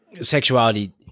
sexuality